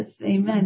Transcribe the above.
Amen